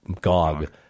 Gog